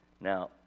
Now